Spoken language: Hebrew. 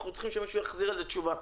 אנחנו צריכים שמישהו יענה על זה תשובה.